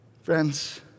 Friends